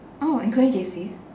oh including J_C